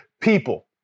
people